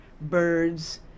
birds